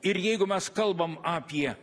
ir jeigu mes kalbam apie